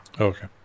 okay